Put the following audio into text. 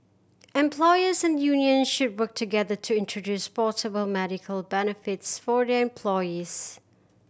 employers and unions should work together to introduce portable medical benefits for their employees